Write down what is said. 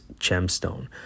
gemstone